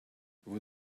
vous